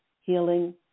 healing